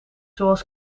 zoals